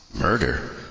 murder